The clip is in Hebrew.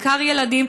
בעיקר לילדים.